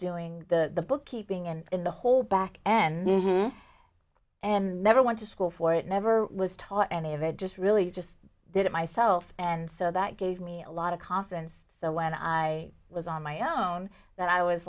doing the bookkeeping and in the whole back end and never went to school for it never was taught any of it just really just did it myself and so that gave me a lot of confidence so when i was on my own that i was